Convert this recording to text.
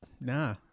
nah